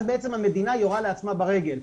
כך המדינה יורה לעצמה ברגל.